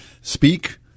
speak